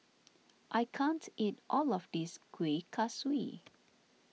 I can't eat all of this Kuih Kaswi